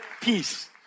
peace